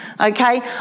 okay